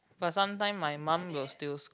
but sometime my mum will still scold